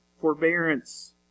forbearance